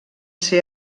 ser